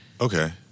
okay